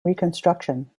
reconstruction